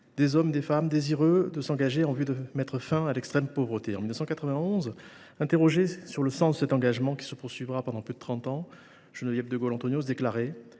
des hommes et des femmes désireux de s’engager en vue de mettre fin à l’extrême pauvreté. En 1991, interrogée sur le sens de cet engagement qui se poursuivra pendant plus de trente ans, Geneviève de Gaulle Anthonioz déclarait